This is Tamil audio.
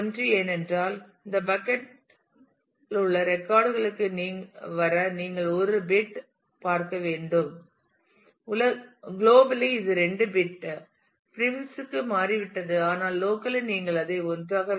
ஏனென்றால் இந்த பக்கட் பக்கட் யில் உள்ள ரெக்கார்ட் களுக்கு வர நீங்கள் ஒரு பிட் பார்க்க வேண்டும் உலகளவில் இது 2 பிட்கள் பிரீபிக்ஸ் க்கு மாறிவிட்டது ஆனால் லோக்கலி நீங்கள் அதை 1 ஆக வைக்கவும்